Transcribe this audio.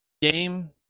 game